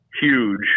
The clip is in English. huge